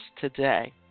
today